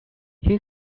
who